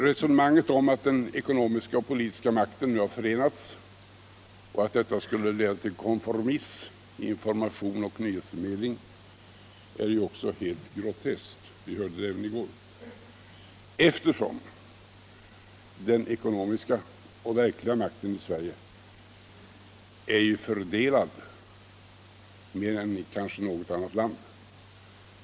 | Resonemanget om att den ekonomiska och den politiska makten nu har förenats och att detta skulle leda till konformism i information och nyhetsförmedling är som vi hörde även i går helt groteskt, bl.a. eftersom den eckonomiska och den verkliga makten i Sverige är fördelad mer än i kanske något annat land.